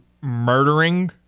murdering